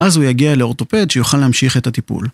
‫אז הוא יגיע לאורטופד ‫שיוכל להמשיך את הטיפול.